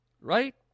Right